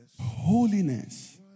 Holiness